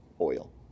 oil